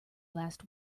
last